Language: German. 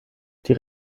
das